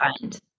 find